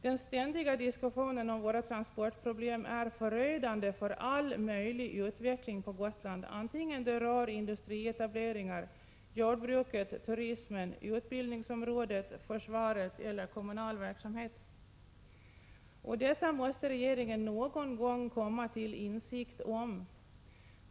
Den ständiga diskussionen om våra transportproblem är förödande för all möjlig utveckling på Gotland, antingen det rör industrietableringar, jordbruket, turismen, utbildningsområdet, försvaret eller kommunal verksamhet. Detta måste regeringen någon gång komma till insikt om.